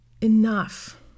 enough